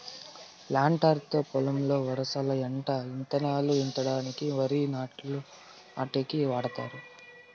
planter తో పొలంలో వరసల ఎంట ఇత్తనాలు ఇత్తడానికి, వరి నాట్లు నాటేకి వాడతారు